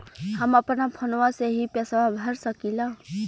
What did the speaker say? हम अपना फोनवा से ही पेसवा भर सकी ला?